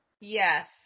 Yes